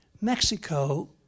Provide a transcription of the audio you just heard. Mexico